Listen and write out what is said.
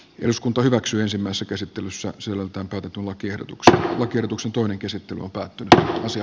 eduskunta hyväksyisimmässä käsittelyssä sunnuntain totutun lakiehdotukseen haketuksen toinen käsittely on päättynyt ja asia